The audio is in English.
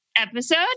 episode